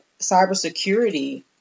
cybersecurity